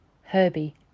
Herbie